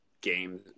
game